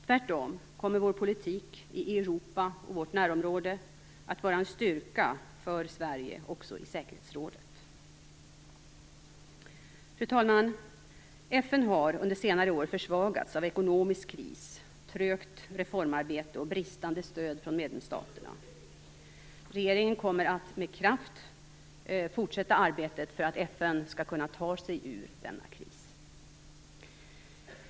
Tvärtom kommer vår politik i Europa och i vårt närområde att vara en styrka för Sverige också i säkerhetsrådet. Fru talman! FN har under senare år försvagats av ekonomisk kris, trögt reformarbete och bristande stöd från medlemsstaterna. Regeringen kommer med kraft att fortsätta arbetet för att FN skall kunna ta sig ur denna kris.